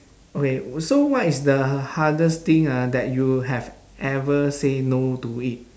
okay uh so what is the hardest thing ah that you have ever say no to it